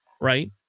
right